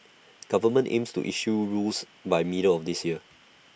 government aims to issue rules by middle of this year